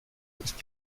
ist